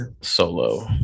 Solo